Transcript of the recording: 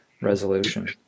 resolution